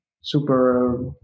super